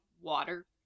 water